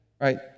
right